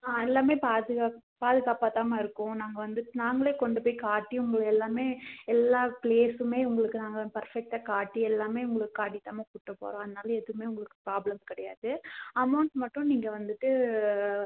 ஆ எல்லாமே பாதுகாப்பு பாதுகாப்பாக தான்மா இருக்கும் நாங்கள் வந்துவிட்டு நாங்களே கொண்டு போய் காட்டியும் எல்லாமே எல்லா ப்ளேஸ்ஸுமே உங்களுக்கு நாங்கள் பர்ஃபெக்டாக காட்டி எல்லாமே உங்களுக்கு காட்டி தான்மா கூட்டு போகறோம் அதனால் எதுவுமே உங்களுக்கு ப்ராப்ளம் கிடையாது அமௌண்ட் மட்டும் நீங்கள் வந்துவிட்டு